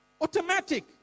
Automatic